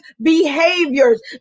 behaviors